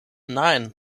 nine